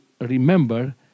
remember